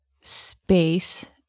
space